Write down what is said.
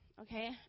okay